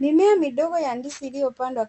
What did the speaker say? Mimea midogo ya ndizi iliyo pandwa